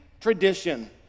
tradition